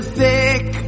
thick